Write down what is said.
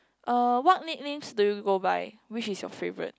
uh what nicknames do you go by which is your favourite